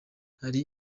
hari